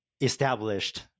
established